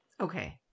Okay